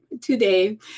today